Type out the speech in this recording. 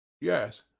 Yes